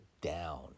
down